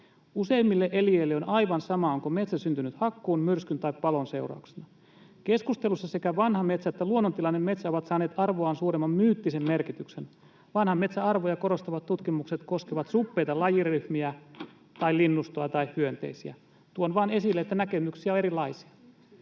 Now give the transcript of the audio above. Useimmille eliöille on aivan sama, onko metsä syntynyt hakkuun, myrskyn tai palon seurauksena. Keskustelussa sekä vanha metsä että luonnontilainen metsä ovat saaneet arvoaan suuremman myyttisen merkityksen. Vanhan metsän arvoja korostavat tutkimukset koskevat suppeita lajiryhmiä tai linnustoa tai hyönteisiä.” Tuon vain esille, että näkemyksiä on erilaisia.